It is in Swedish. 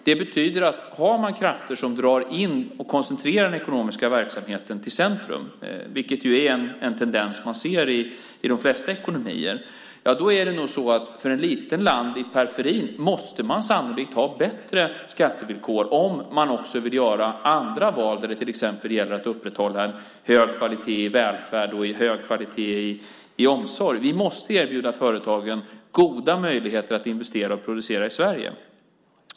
Om man har krafter som drar in och koncentrerar den ekonomiska verksamheten till centrum, vilket är en tendens i de flesta ekonomier, måste ett litet land i periferin sannolikt ha bättre skattevillkor om man vill göra andra val när det gäller att upprätthålla hög kvalitet i välfärd och omsorg. Vi måste erbjuda företagen goda möjligheter att investera och producera i Sverige.